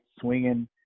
swinging